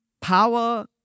power